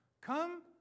Come